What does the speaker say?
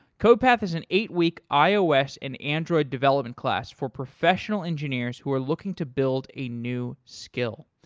codepath is an eight week ios and android development class for professional engineers who are looking to build a new skill.